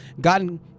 gotten